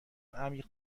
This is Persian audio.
عمیق